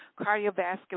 cardiovascular